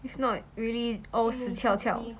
if not really all 死翘翘